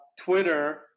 Twitter